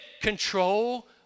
control